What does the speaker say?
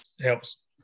helps